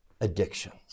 addictions